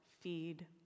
feed